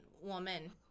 woman